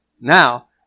Now